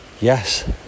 Yes